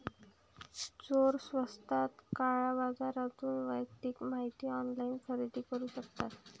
चोर स्वस्तात काळ्या बाजारातून वैयक्तिक माहिती ऑनलाइन खरेदी करू शकतात